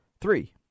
three